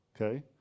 okay